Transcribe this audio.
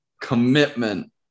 Commitment